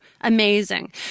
amazing